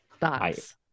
thoughts